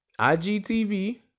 IGTV